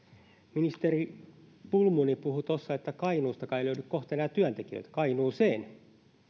ministeri kulmuni puhui tuossa että kainuustakaan ei löydy kohta enää työntekijöitä kainuuseen